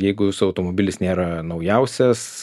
jeigu jūsų automobilis nėra naujausias